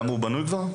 גם הוא בנוי כבר?